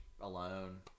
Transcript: alone